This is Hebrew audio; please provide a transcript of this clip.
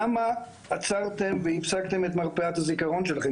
למה עצרתם והפסקתם את מרפאת הזיכרון שלכם?